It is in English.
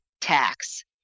tax